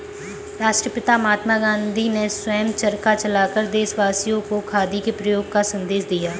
राष्ट्रपिता महात्मा गांधी ने स्वयं चरखा चलाकर देशवासियों को खादी के प्रयोग का संदेश दिया